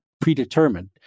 predetermined